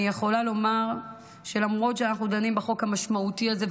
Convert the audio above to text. אני יכולה לומר שלמרות שאנחנו דנים בחוק המשמעותי הזה,